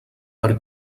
per